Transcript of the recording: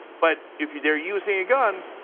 but if they are using a gun,